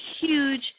huge